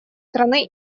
страны